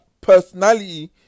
personality